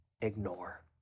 ignore